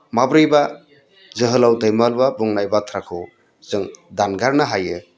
माबोरैबा जोहोलाव दैमालुआ बुंनाय बाथ्राखौ जों दानगारनो हायो